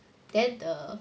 then the